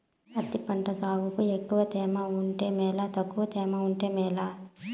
పత్తి పంట సాగుకు ఎక్కువగా తేమ ఉంటే మేలా తక్కువ తేమ ఉంటే మేలా?